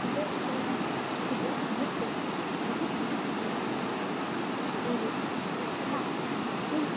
ଥିଲେ କ'ଣ ହେଲା ଆମକୁ ବହୁତ ବହୁତ ବହୁତ ସମ୍ମାନ ମିଳିଛି ଏହି ଏହା ଏହି